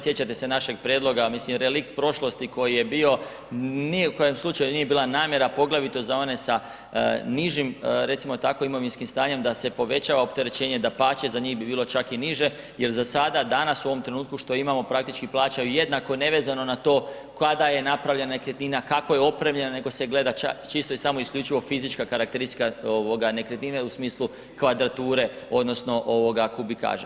Sjećate se našeg prijedloga, mislim relikt prošlosti koji je bio ni u kojem slučaju nije bila namjera poglavito za one sa nižim recimo tako, imovinskim stanjem da se povećava opterećenje, dapače za njih bi bilo čak i niže jel za sada danas u ovom trenutku što imamo praktički plaćaju jednako nevezano na to kada je napravljena nekretnina, kako je opremljena nego se gleda čisto i samo isključivo fizička karakteristika nekretnine u smislu kvadrature odnosno kubikaže.